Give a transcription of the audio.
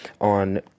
on